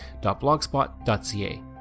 Blogspot.ca